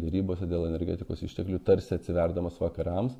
derybose dėl energetikos išteklių tarsi atsiverdamas vakarams